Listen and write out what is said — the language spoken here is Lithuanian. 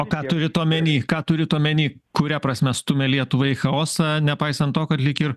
o ką turit omeny ką turit omeny kuria prasme stumia lietuvą į chaosą nepaisant to kad lyg ir